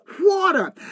Water